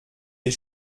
les